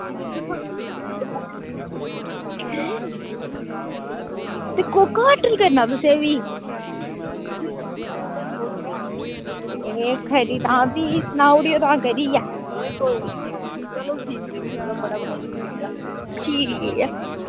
एह् कोह्का होटल करना तुसें भी एह् खरी भी तां एह् सनाई ओड़ेओ करियै ठीक ऐ